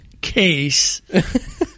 case